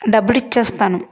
డబ్బులు ఇచ్చేస్తాను